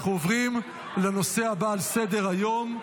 אנחנו עוברים לנושא הבא על סדר-היום,